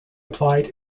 applied